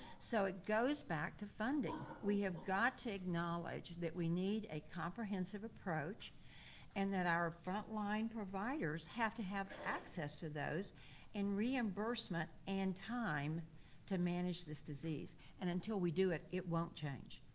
so it goes back to funding. we have got to acknowledge that we need a comprehensive approach and that our frontline providers providers have to have access to those and reimbursement and time to manage this disease. and until we do it, it won't change.